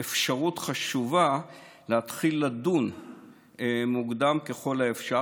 אפשרות חשובה להתחיל לדון מוקדם ככל האפשר,